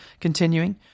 continuing